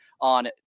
on